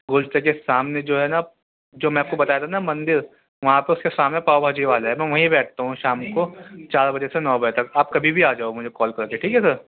گولچہ کے سامنے جو ہے نا جو میں آپ کو بتایا تھا نا مندر وہاں پہ اس کے سامنے پاؤ بھاجی والا ہے میں وہیں بیٹھتا ہوں شام کو چار بجے سے نو بجے تک آپ کبھی بھی آ جاؤ مجھے کال کر کے ٹھیک ہے سر